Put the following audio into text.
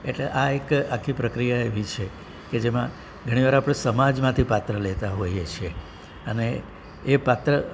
એટલે આ એક આખી પ્રક્રિયા એવી છે કે જેમાં ઘણીવાર આપણે સમાજમાંથી પાત્ર લેતા હોઈએ છીએ અને એ પાત્ર